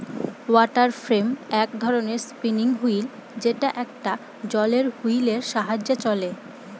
water frame এক ধরনের spinning wheel যেটা একটা জলের হুইলের সাহায্যে চলে